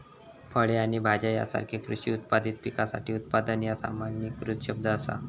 फळे आणि भाज्यो यासारख्यो कृषी उत्पादित पिकासाठी उत्पादन ह्या सामान्यीकृत शब्द असा